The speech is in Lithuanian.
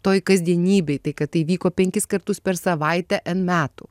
toj kasdienybėj tai kad tai vyko penkis kartus per savaitę en metų